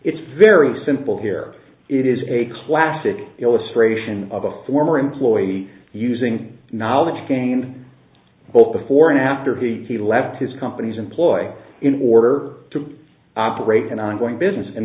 it's very simple here it is a classic illustration of a former employee using knowledge gained both before and after he he left his company's employ in order to operate an ongoing business and